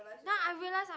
now I realise I